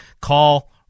call